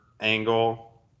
angle